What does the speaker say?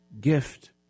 gift